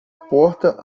porta